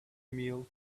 meal